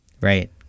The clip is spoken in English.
Right